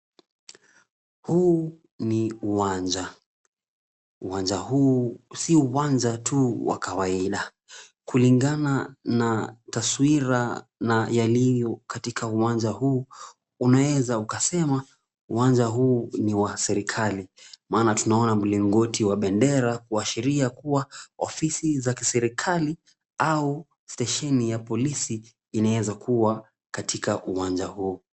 Huu ni uwanja. Uwanja huu si uwanja tu wa kawaida. Kulingana na taswira na yaliyo katika uwanja huu, unaweza ukasema uwanja huu ni wa serikali maana tunaona mlingoti wa bendera kuashiria kuwa ofisi za kiserikali au stesheni ya polisi inawezakua katika uwanja huu.